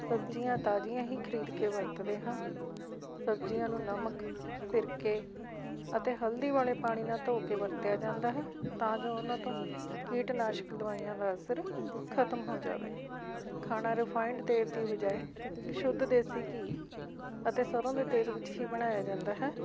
ਸਬਜ਼ੀਆਂ ਤਾਜ਼ੀਆਂ ਹੀ ਖਰੀਦ ਕੇ ਵਰਤਦੇ ਹਾਂ ਸਬਜ਼ੀਆਂ ਨੂੰ ਨਮਕ ਸਿਰਕੇ ਅਤੇ ਹਲਦੀ ਵਾਲੇ ਪਾਣੀ ਨਾਲ ਧੋ ਕੇ ਵਰਤਿਆ ਜਾਂਦਾ ਹੈ ਤਾਂ ਜੋ ਉਹਨਾਂ ਤੋਂ ਕੀਟਨਾਸ਼ਕ ਦਵਾਈਆਂ ਦਾ ਅਸਰ ਖਤਮ ਹੋ ਜਾਵੇ ਖਾਣਾ ਰਿਫਾਇੰਡ ਤੇਲ ਦੀ ਬਜਾਏ ਸ਼ੁੱਧ ਦੇਸੀ ਘੀ ਅਤੇ ਸਰ੍ਹੋਂ ਦੇ ਤੇਲ ਵਿੱਚ ਹੀ ਬਣਾਇਆ ਜਾਂਦਾ ਹੈ